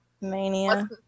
Mania